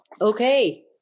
Okay